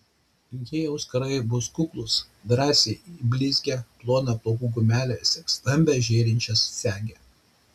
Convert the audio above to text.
jei auskarai bus kuklūs drąsiai į blizgią ploną plaukų gumelę sek stambią žėrinčią segę